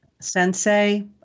Sensei